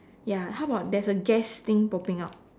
ya how about there's a gas thing popping up